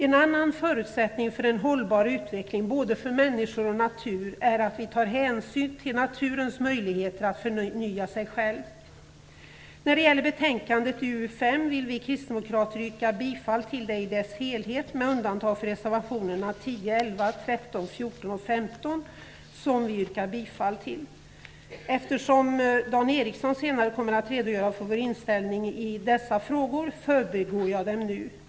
En annan förutsättning för en hållbar utveckling både för människor och natur är att vi tar hänsyn till naturens möjligheter att förnya sig själv. När det gäller utskottets hemställan i betänkande UU5 vill vi kristdemokrater yrka bifall till den med undantag för reservationerna 10, 11, 13, 14 och 15, som vi yrkar bifall till. Eftersom Dan Ericsson senare kommer att redogöra för vår inställning i dessa frågor, förbigår jag dem.